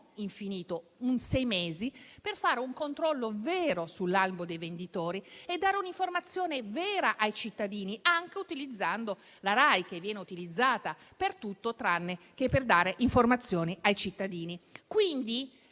infinito - per fare un controllo vero sull'albo dei venditori e dare un'informazione vera ai cittadini, anche utilizzando la Rai, che viene utilizzata per tutto tranne che per dare informazioni ai cittadini. Non